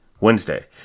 Wednesday